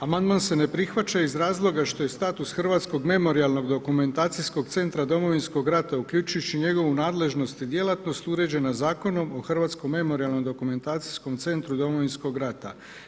Amandman se ne prihvaća iz razloga što je status Hrvatskog memorijalnog dokumentacijskog centra Domovinskog rata, uključujući njegovu nadležnost i djelatnost uređena Zakonom o Hrvatskom memorijalnom dokumentacijskom centru Domovinskog rata.